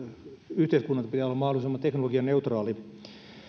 yhteiskunnan pitää olla mahdollisimman teknologianeutraali